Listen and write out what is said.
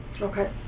Okay